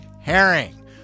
Herring